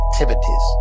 activities